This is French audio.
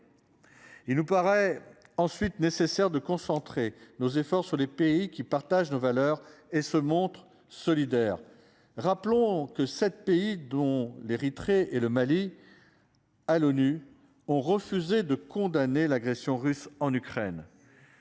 Il nous paraît. Ensuite nécessaire de concentrer nos efforts sur les pays qui partagent nos valeurs et se montre solidaire. Rappelons que 7 pays dont l'Érythrée et le Mali. À l'ONU, ont refusé de condamner l'agression. Son russes en Ukraine.